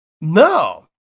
No